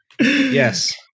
Yes